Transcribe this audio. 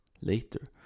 later